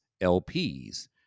LPs